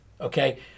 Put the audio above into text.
Okay